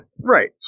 Right